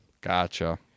Gotcha